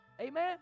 Amen